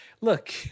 Look